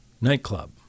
nightclub